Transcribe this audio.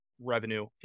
revenue